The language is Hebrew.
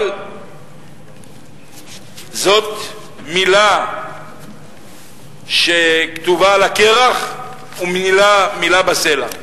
אבל זאת מלה שכתובה על הקרח או מלה בסלע?